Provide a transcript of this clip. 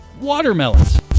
watermelons